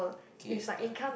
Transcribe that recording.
K start